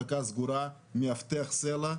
שאנחנו מדברים על חולים פסיכיאטריים,